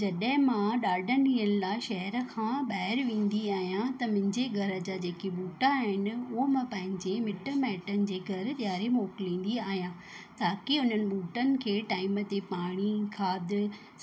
जॾहिं मां ॾाढनि ॾींहंनि लाइ शहर खां ॿाहिरि वेंदी आहियां त मुंहिंजे घर जा जेके बूटा आहिनि उहे मां पंहिंजे मिट माइटनि जे घर ॾियारे मोकिलींदी आहियां ताकि उन्हनि बूटनि खे टाईम ते पाणी खाद